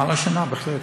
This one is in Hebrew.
השנה, בהחלט.